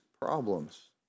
problems